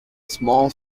small